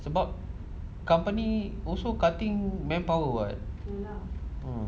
it's about company also cutting manpower [what]